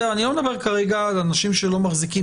אני לא מדבר כרגע על אנשים שלא מחזיקים